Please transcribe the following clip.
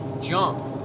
junk